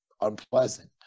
unpleasant